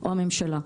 או הממשלה.